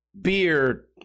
beer